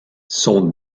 son